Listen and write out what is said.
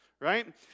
Right